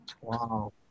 Wow